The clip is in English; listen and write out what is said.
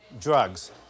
drugs